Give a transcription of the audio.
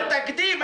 זה תקדים,